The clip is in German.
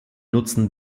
nutzen